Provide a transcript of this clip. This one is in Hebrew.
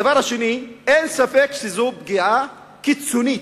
הדבר השני: אין ספק שזו פגיעה קיצונית,